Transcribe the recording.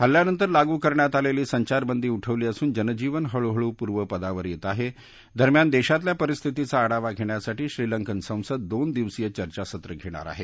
हल्ल्यानंतर लागू करण्यात आलेली संचारबंदी उठवली असून जनजीवन हळूहळू पूर्वपदावर येत आहे दरम्यान देशातल्या परिस्थितीचा आढावा घेण्यासाठी श्रीलंकनं संसद दोन दिवसीय चर्चासत्र घेणार आहेत